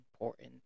important